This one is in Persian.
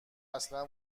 اصلا